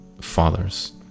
fathers